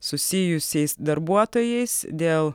susijusiais darbuotojais dėl